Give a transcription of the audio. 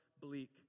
bleak